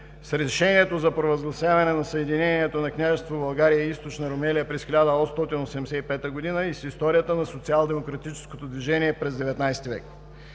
решението за провъзгласяване на Съединението на Княжество България и Източна Румелия през 1885 г. и с историята на социалдемократическото движение през 19-и век.